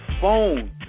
phone